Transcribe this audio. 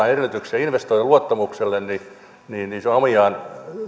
edellytyksiä investoijien luottamukselle niin se on omiaan